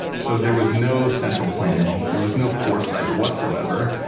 so, there was no central planning, there was no foresight whatsoever.